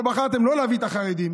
אבל בחרתם לא להביא את החרדים,